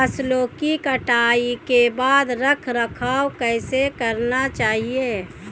फसलों की कटाई के बाद रख रखाव कैसे करना चाहिये?